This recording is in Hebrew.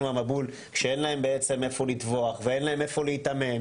המבול כשאין להם בעצם איפה לטווח ואין להם איפה להתאמן